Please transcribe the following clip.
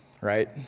right